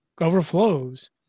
overflows